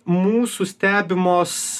mūsų stebimos